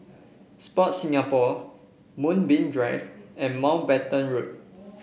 Sport Singapore Moonbeam Drive and Mountbatten Road